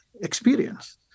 experience